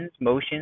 motions